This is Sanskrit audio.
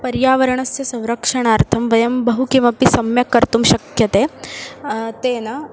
पर्यावरणस्य संरक्षणार्थं वयं बहु किमपि सम्यक् कर्तुं शक्यते तेन